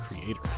creator